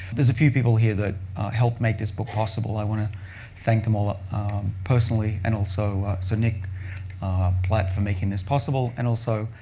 there's a few people here that helped make this book possible. i want to thank them all personally, and also for so nick platt for making this possible. and also,